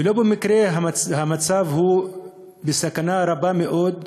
ולא במקרה המצב הוא של סכנה רבה מאוד.